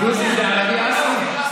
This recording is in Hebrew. דרוזי זה ערבי אסלי?